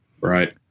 Right